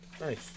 Nice